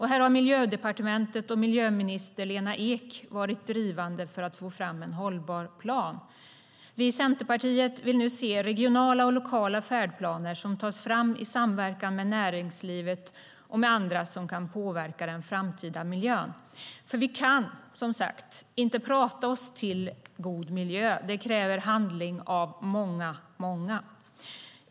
Här har Miljödepartementet och miljöminister Lena Ek varit drivande för att få fram en hållbar plan. Vi i Centerpartiet vill nu se regionala och lokala färdplaner som tas fram i samverkan med näringslivet och andra som kan påverka den framtida miljön. För vi kan som sagt inte prata oss till god miljö; det kräver handling av många.